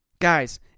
Guys